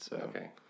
Okay